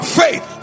faith